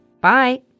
Bye